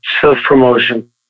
self-promotion